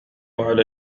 على